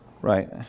Right